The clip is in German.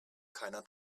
keiner